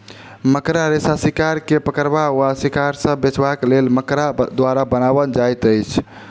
मकड़ा रेशा शिकार के पकड़बा वा शिकार सॅ बचबाक लेल मकड़ा द्वारा बनाओल जाइत अछि